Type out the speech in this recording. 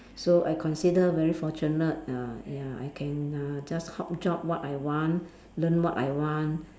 so I consider very fortunate uh ya I can uh just hop job what I want learn what I want